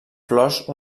flors